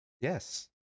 Yes